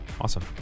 Awesome